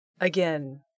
again